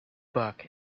book